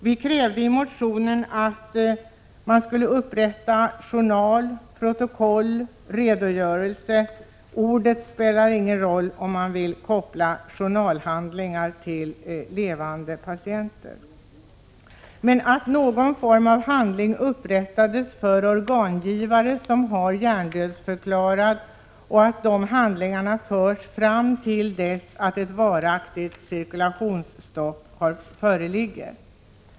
Vi krävde i motionen att det skulle upprättas en journal eller skrivas ett protokoll eller en redogörelse — ordet spelar ingen roll, om man vill koppla I journalhandlingarna till levande patienter — dvs. att någon form av handling | upprättas för organgivare som var hjärndödförklarade och att de handlingarna fördes fram till dess att ett varaktigt cirkulationsstopp föreligger.